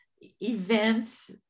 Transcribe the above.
events